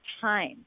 time